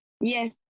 Yes